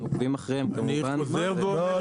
אנחנו עוקבים אחריהן -- אני חוזר ואומר --- לא,